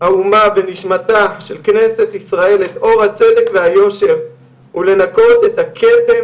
האומה ונשמתה של כנסת ישראל את אור הצדק והיושר ולנקות את הכתם